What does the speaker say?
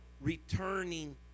returning